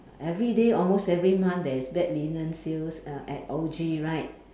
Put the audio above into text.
everyday almost every month there is bed linen sales uh at O_G right